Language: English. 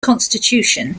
constitution